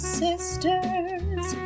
sisters